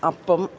അപ്പം